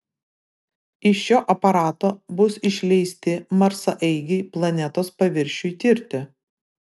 iš šio aparato bus išleisti marsaeigiai planetos paviršiui tirti